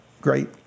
great